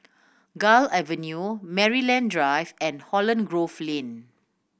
Gul Avenue Maryland Drive and Holland Grove Lane